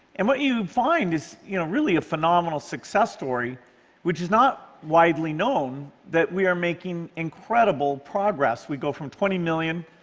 and what you find is you know really a phenomenal success story which is not widely known, that we are making incredible progress. we go from twenty million